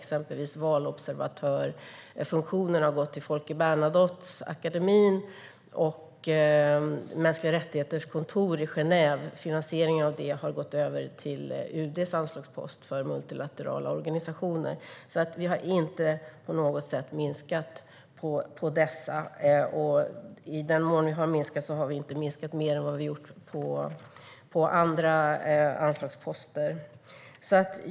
Exempelvis har valobservatörsfunktionen förts över till Folke Bernadotteakademin, och finansieringen av kontoret för mänskliga rättigheter i Genève har förts över till UD:s anslagspost för multilaterala organisationer. Vi har alltså inte på något sätt minskat på detta. I den mån vi har minskat har vi inte minskat mer än vad vi har gjort på andra anslagsposter.